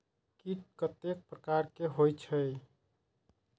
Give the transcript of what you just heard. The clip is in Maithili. कीट कतेक प्रकार के होई छै?